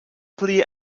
pli